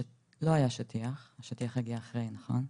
לא היה שטיח, השטיח הגיע אחרי, נכון?